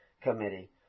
committee